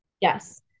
Yes